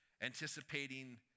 anticipating